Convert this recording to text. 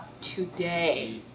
today